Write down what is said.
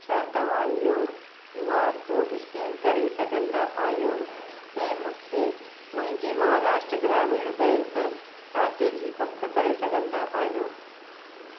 छा तव्हां इहो क्यू आर कोड स्केन करे सघंदा आहियो ऐं मूंखे मुंहिंजी महाराष्ट्र ग्रामीण बैंक खाते जी पक करे सघंदा आहियो